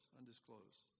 Undisclosed